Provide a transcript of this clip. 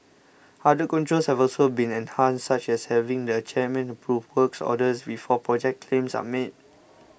other controls have also been enhanced such as having the chairman approve works orders before project claims are made